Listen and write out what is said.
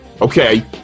okay